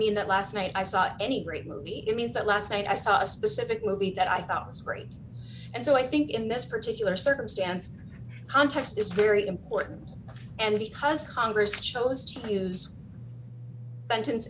mean that last night i saw any great movie it means that last night i saw a specific movie that i thought was great and so i think in this particular circumstance context is very important and because congress chose to use sentence